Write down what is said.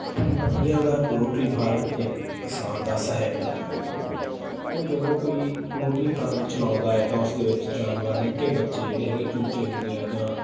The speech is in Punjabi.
ਮੁਰਗੀਆਂ ਦਾ ਪਲੋਟਰੀ ਫਾਰਮ ਇਹ ਕਿਸਾਨ ਦਾ ਸਹਾਇਕ ਧੰਦਾ ਹੈ ਉਹ ਜਦੋਂ ਕੋਈ ਪਲੋਟਰੀ ਫਾਰਮ ਚਲਾਉਂਦਾ ਹੈ ਤਾਂ ਉਸ ਦੇ ਵਿੱਚ ਜਾਨਵਰ ਨਿੱਕੇ ਬੱਚੇ ਜਿਹੜੇ ਹੈਗੇ ਚੂਚੇ ਹੁੰਦੇ ਆ ਜਾਂ